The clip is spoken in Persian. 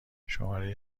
شماره